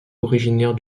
originaire